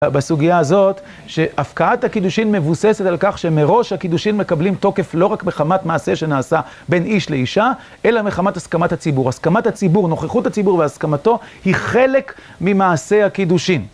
בסוגיה הזאת שהפקעת הקידושין מבוססת על כך שמראש הקידושין מקבלים תוקף לא רק מחמת מעשה שנעשה בין איש לאישה, אלא מחמת הסכמת הציבור. הסכמת הציבור, נוכחות הציבור והסכמתו היא חלק ממעשה הקידושין.